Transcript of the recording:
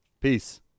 Peace